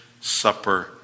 supper